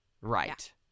Right